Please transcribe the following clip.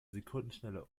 sekundenschnelle